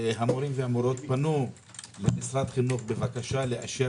והמורים והמורות פנו למשרד החינוך בבקשה לאשר